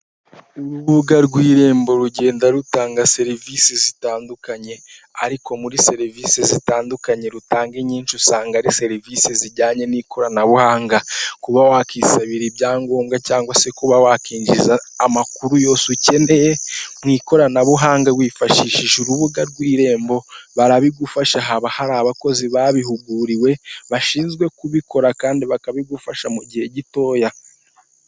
Urubuga rw'Irembo rugenda rutanga serivisi zitandukanye, ariko muri serivisi zitandukanye rutanga inyinshi usanga ari serivisi zijyanye n'ikoranabuhanga, kuba wakisabira ibyangombwa cyangwa se kuba wakwinjiza amakuru yose ukeneye mu ikoranabuhanga wifashishije urubuga rw'Irembo barabigufasha, haba hari abakozi babihuguriwe bashinzwe kubikora kandi bakabigufasha mu gihe gitoya.